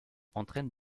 entraîne